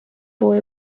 boy